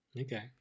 Okay